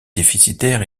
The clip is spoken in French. déficitaire